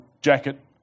jacket